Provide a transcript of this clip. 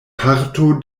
parto